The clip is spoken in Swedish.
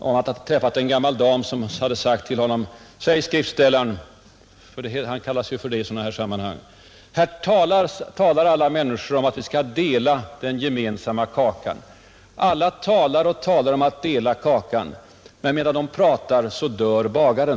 Han hade träffat en gammal dam som sade till honom: ” Säj, skriftställarn” — Kar de Mumma kallas ju så i detta sammanhang — ”här talar alla människor om att vi skall dela den gemensamma kakan. Alla talar och talar om att dela kakan, men medan de pratar så dör bagaren,”